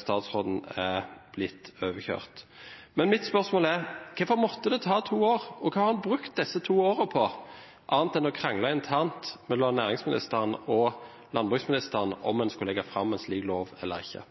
statsråden er blitt overkjørt. Mitt spørsmål er: Hvorfor måtte det ta to år? Hva har en brukt disse to årene til annet enn å krangle internt mellom næringsministeren og landbruksministeren om en skulle legge fram en slik lov eller ikke?